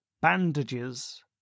Bandages